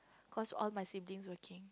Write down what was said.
cause all my siblings working